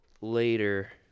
Later